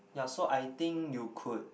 ya so I think you could